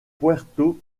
puerto